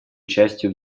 участию